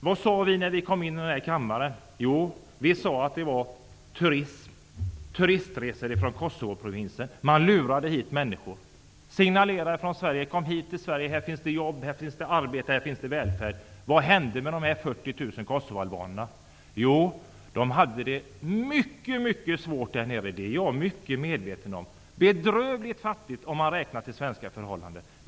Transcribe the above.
Vad sade vi när vi kom in i den här kammaren? Jo, vi sade att det var fråga om turistresor från Kosovoprovinsen. Man lurade hit människor. Man signalerade: Kom till Sverige, här finns det jobb, arbete och välfärd! Vad hände med de 40 000 kosovoalbanerna? Jo, de hade det mycket svårt och bedrövligt fattigt där nere -- det är jag medveten om -- om man jämför med svenska förhållanden.